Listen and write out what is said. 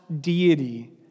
deity